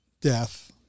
death